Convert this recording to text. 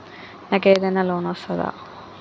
నాకు ఏదైనా లోన్ వస్తదా?